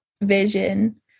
vision